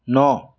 नौ